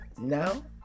now